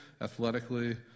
athletically